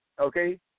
Okay